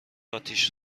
اتیش